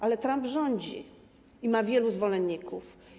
Ale Trump rządzi i ma wielu zwolenników.